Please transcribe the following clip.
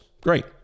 Great